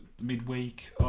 midweek